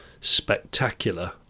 spectacular